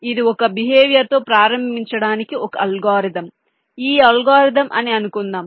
ఇది ఒక బిహేవియర్ తో ప్రారంభించడానికి ఒక అల్గోరిథం ఈ అల్గోరిథం అని అనుకుందాం